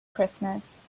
christmas